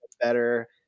better –